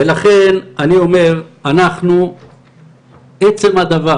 לכן אני אומר, עצם הדבר